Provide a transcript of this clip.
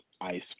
Ice